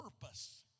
purpose